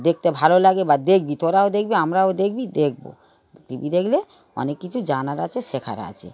দেখতে ভালো লাগে বা দেখবি তোরাও দেখবি আমরাও দেখবি দেখব টি ভি দেখলে অনেক কিছু জানার আছে শেখার আছে